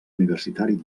universitari